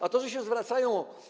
A to, że się zwracają?